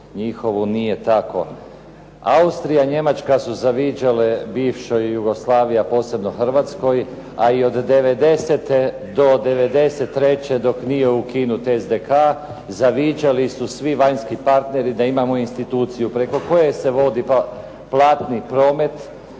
njihovu nije tako. Austrija i Njemačka su zaviđale bivšoj Jugoslaviji, a posebno Hrvatskoj, a i od devedesete do devedeset i treće dok nije ukinut SDK zaviđali su svi vanjski partneri da imamo instituciju preko koje se vodi platni promet